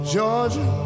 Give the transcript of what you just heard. Georgia